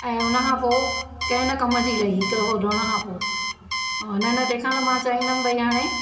ऐं उन खां पोइ कंहिं न कम जी रही हिकु दफ़ो धोइण खां पोइ ऐं इन खां तंहिं खां त मां चाहींदमि भई हाणे